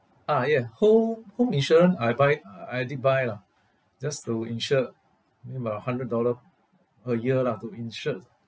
ah ya ho~ home insurance I buy uh I already buy lah just to insure me my hundred dollar a year lah to insured